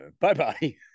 Bye-bye